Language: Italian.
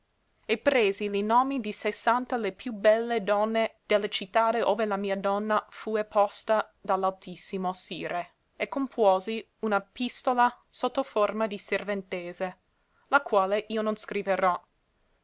e presi li nomi di sessanta le più belle donne de la cittade ove la mia donna fue posta da l'altissimo sire e compuosi una pìstola sotto forma di serventese la quale io non scriverò